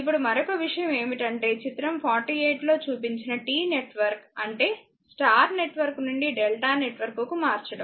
ఇప్పుడు మరొక విషయం ఏమిటంటే చిత్రం 48 లో చూపించిన T నెట్వర్క్ అంటే స్టార్ నెట్వర్క్ నుండి డెల్టా నెట్వర్క్ కు మార్చడం